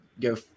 go